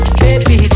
baby